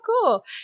cool